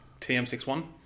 TM61